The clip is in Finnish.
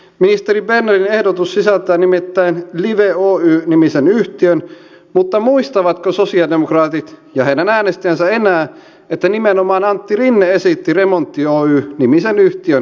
ministeri bernerin ehdotus sisältää nimittäin live oy nimisen yhtiön mutta muistavatko sosialidemokraatit ja heidän äänestäjänsä enää että nimenomaan antti rinne esitti remontti oy nimisen yhtiön perustamista